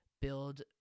build